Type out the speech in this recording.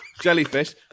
Jellyfish